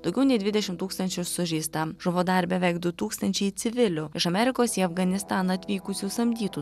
daugiau nei dvidešimt tūkstančių sužeista žuvo dar beveik du tūkstančiai civilių iš amerikos į afganistaną atvykusių samdytų